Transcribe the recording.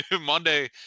Monday